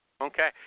Okay